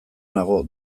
nago